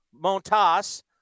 Montas